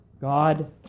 God